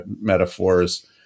metaphors